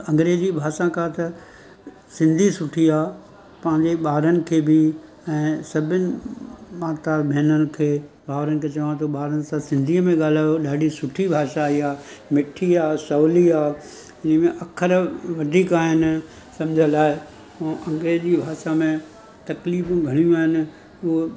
अंग्रेजी भाषा खां त सिंधी सुठी आहे पंहिंजे ॿारनि खे बि ऐं सभिनी माता भेनर खे भावरनि खे चवां थो ॿारनि सां सिंधीअ में ॻाल्हायो ॾाढी सुठी भाषा आहे इहा मिठी आहे सवली आहे अख़र वधीक आहिनि समुझ लाइ अॻे जी भाषा में तकलीफ़ू घणियूं आहिनि उहो